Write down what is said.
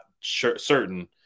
certain